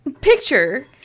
picture